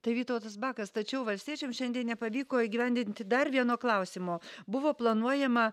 tai vytautas bakas tačiau valstiečiam šiandien nepavyko įgyvendinti dar vieno klausimo buvo planuojama